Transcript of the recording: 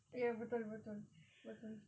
ya betul betul betul